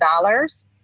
dollars